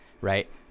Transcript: Right